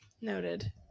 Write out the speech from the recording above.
Noted